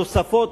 תוספות,